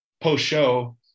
post-show